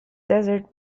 desert